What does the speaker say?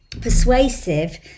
persuasive